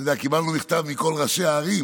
אתה יודע, קיבלנו מכתב מכל ראשי הערים